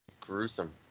Gruesome